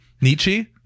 Nietzsche